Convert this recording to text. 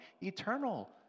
eternal